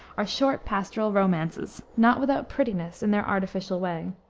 are short pastoral romances, not without prettiness in their artificial way.